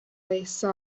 essa